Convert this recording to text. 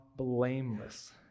Blameless